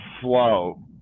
flow